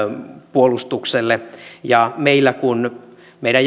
puolustukselle ja kun meidän